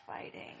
fighting